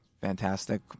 Fantastic